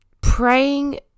praying